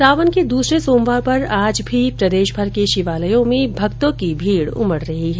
सावन के दूसरे सोमवार पर आज भी प्रदेशभर के शिवालयों में भक्तो की भीड उमड रही है